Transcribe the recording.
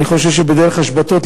אני חושב שבדרך השבתות,